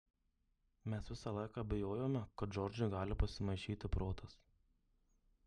mes visą laiką bijojome kad džordžui gali pasimaišyti protas